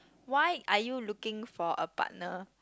why are you looking for a partner